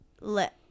let